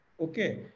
Okay